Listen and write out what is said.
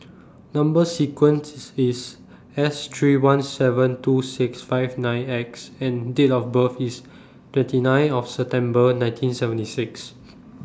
Number sequence IS S three one seven two six five nine X and Date of birth IS twenty nine of September nineteen seventy six